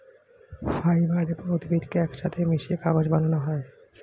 fibre এবং উদ্ভিদকে একসাথে মিশিয়ে কাগজ বানানো হয়